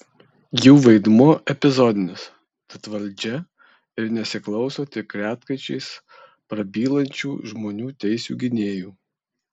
jų vaidmuo epizodinis tad valdžia ir nesiklauso tik retkarčiais prabylančių žmonių teisių gynėjų